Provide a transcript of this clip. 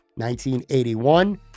1981